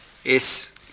es